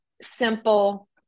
simple